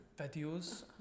Videos